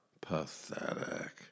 pathetic